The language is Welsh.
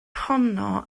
honno